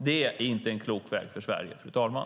Det är inte en klok väg för Sverige, fru talman.